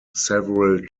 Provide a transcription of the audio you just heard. several